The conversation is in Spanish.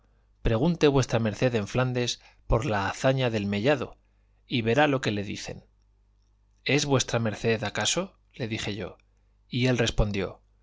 pregunte v md en flandes por la hazaña del mellado y verá lo que le dicen es v md acaso le dije yo y él respondió